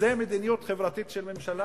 זו המדיניות החברתית של הממשלה?